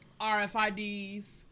RFIDs